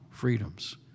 freedoms